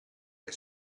che